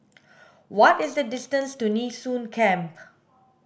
what is the distance to Nee Soon Camp